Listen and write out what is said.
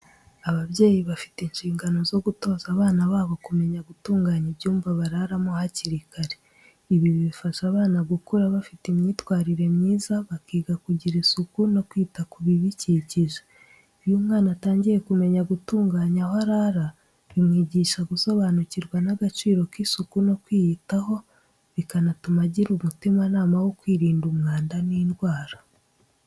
Ababyeyi bafite inshingano zo gutoza abana babo kumenya gutunganya ibyumba bararamo hakiri kare. Ibi bifasha abana gukura bafite imyitwarire myiza, bakiga kugira isuku no kwita ku bikikije. Iyo umwana atangiye kumenya gutunganya aho araramo, bimwigisha gusobanukirwa n’agaciro k’isuku no kwiyitaho, bikanatuma agira umutimanama wo kwirinda umwanda n’indwara.